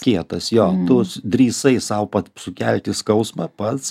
kietas jo tu drįsai sau sukelti skausmą pats